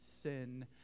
sin